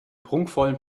prunkvollen